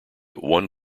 one